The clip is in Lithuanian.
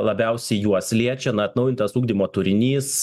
labiausiai juos liečia na atnaujintas ugdymo turinys